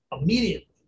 Immediately